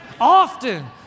Often